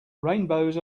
rainbows